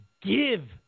give